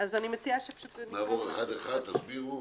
נעבור אחד-אחד תסבירו.